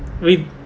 wi~